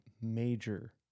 major